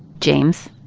james,